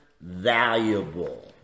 valuable